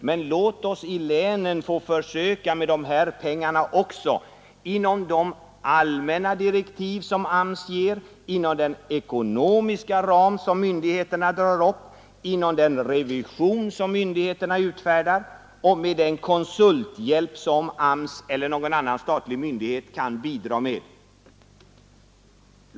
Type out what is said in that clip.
Men låt oss i länen få göra ett försök även med de här pengarna inom ramen för de allmänna direktiv som AMS ger, inom den ekonomiska ram som myndigheterna drar upp, inom ramen för den revision som myndigheterna utövar och med den konsulthjälp som AMS eller någon annan statlig myndighet kan bidra med!